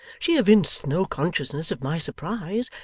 she evinced no consciousness of my surprise,